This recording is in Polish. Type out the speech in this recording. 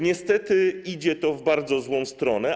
Niestety idzie to w bardzo złą stronę.